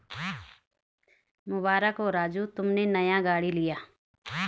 मुबारक हो राजू तुमने नया गाड़ी लिया